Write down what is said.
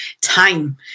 time